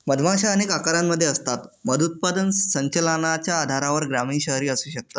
मधमाशा अनेक आकारांमध्ये असतात, मध उत्पादन संचलनाच्या आधारावर ग्रामीण, शहरी असू शकतात